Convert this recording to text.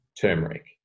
turmeric